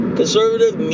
conservative